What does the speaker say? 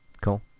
cool